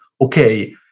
okay